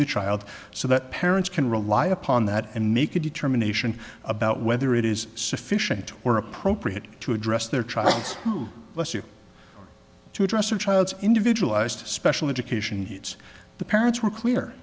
the child so that parents can rely upon that and make a determination about whether it is sufficient or appropriate to address their trials to address a child's individualized special education needs the parents were clear